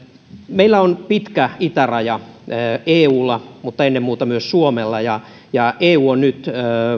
meillä on pitkä itäraja eulla mutta ennen muuta myös suomella kun eu on nyt